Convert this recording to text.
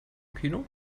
kino